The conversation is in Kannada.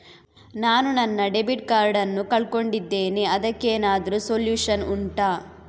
ನಾನು ನನ್ನ ಡೆಬಿಟ್ ಕಾರ್ಡ್ ನ್ನು ಕಳ್ಕೊಂಡಿದ್ದೇನೆ ಅದಕ್ಕೇನಾದ್ರೂ ಸೊಲ್ಯೂಷನ್ ಉಂಟಾ